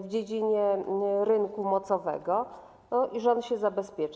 w dziedzinie rynku mocowego i rząd się zabezpiecza.